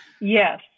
Yes